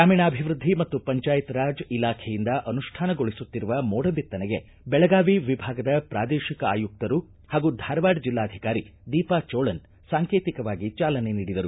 ಗ್ರಾಮೀಣಾಭಿವೃದ್ದಿ ಮತ್ತು ಪಂಚಾಯತ್ ರಾಜ್ ಇಲಾಖೆಯಿಂದ ಅನುಷ್ಠಾನ ಗೊಳಿಸುತ್ತಿರುವ ಮೋಡಬಿತ್ತನೆಗೆ ಬೆಳಗಾವಿ ವಿಭಾಗದ ಪ್ರಾದೇಶಿಕ ಆಯುಕ್ತರು ಹಾಗೂ ಧಾರವಾಡ ಜಿಲ್ಲಾಧಿಕಾರಿ ದೀಪಾ ಚೋಳನ್ ಸಾಂಕೇತಿವಾಗಿ ಚಾಲನೆ ನೀಡಿದರು